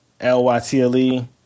L-Y-T-L-E